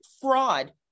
fraud